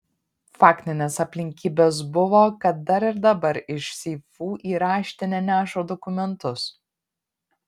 faktinės aplinkybės buvo kad dar ir dabar iš seifų į raštinę neša dokumentus